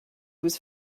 was